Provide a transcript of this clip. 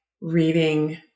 reading